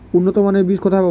উন্নতমানের বীজ কোথায় পাব?